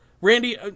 Randy